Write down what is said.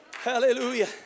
Hallelujah